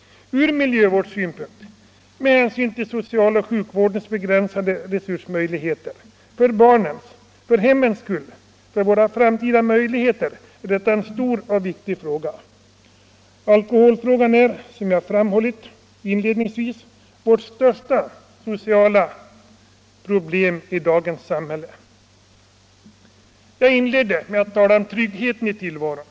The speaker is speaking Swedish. Ur miljövårdssynpunkt, med hänsyn till socialoch sjukvårdens begränsade resurser, för barnens, för hemmens skull — för våra framtida möjligheter — är detta en stor och viktig fråga. Alkoholfrågan är, som jag framhållit inledningsvis, vårt största sociala problem i dagens samhälle. Jag inledde med att tala om tryggheten i tillvaron.